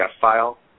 file